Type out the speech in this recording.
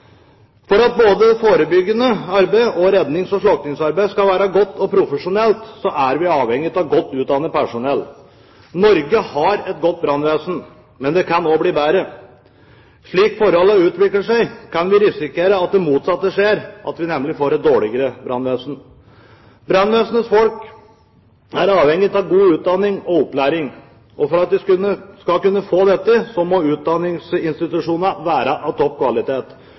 For at både det forebyggende arbeidet og rednings- og slukningsarbeidet skal være godt og profesjonelt, er vi avhengige av godt utdannet personell. Norge har et godt brannvesen, men det kan også bli bedre. Slik forholdene utvikler seg, kan vi risikere at det motsatte skjer, nemlig at vi får et dårligere brannvesen. Brannvesenets folk er avhengige av god utdanning og opplæring, og for at de skal kunne få dette, må utdanningsinstitusjonene være av topp kvalitet.